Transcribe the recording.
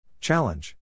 Challenge